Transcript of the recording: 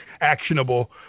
actionable